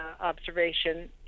observation